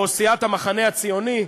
או סיעת המחנה הציוני,